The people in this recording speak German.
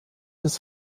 des